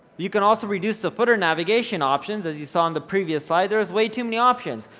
you can also reduce the footer navigation options as you saw in the previous slide, there is way too many options.